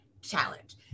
challenge